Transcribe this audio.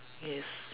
yes